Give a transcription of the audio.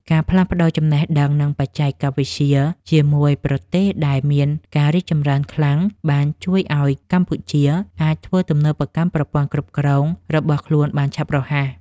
ការផ្លាស់ប្តូរចំណេះដឹង និងបច្ចេកវិទ្យាជាមួយប្រទេសដែលមានការរីកចម្រើនខ្លាំង បានជួយឱ្យកម្ពុជាអាចធ្វើទំនើបកម្មប្រព័ន្ធគ្រប់គ្រងរបស់ខ្លួនបានឆាប់រហ័ស។